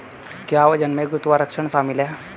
क्या वजन में गुरुत्वाकर्षण शामिल है?